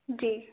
जी